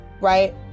Right